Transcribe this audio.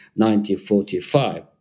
1945